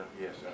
Yes